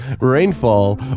rainfall